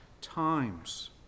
times